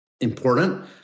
important